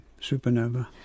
supernova